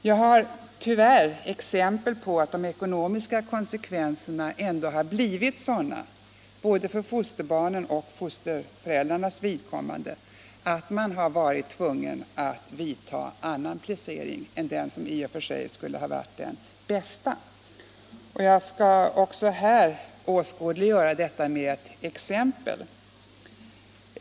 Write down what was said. Jag har tyvärr exempel på att de ekonomiska konsekvenserna blivit sådana — både för fosterbarnens och för fosterföräldrarnas vidkommande — att man varit tvungen vidta annan placering än den som i och för sig skulle ha varit den bästa. Jag skall åskådliggöra detta med ett exempel.